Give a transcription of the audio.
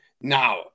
now